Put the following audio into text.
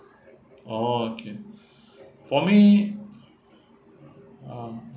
oh okay for me um